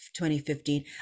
2015